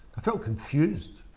i felt confused.